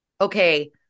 Okay